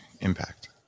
impact